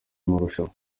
marushanwa